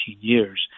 years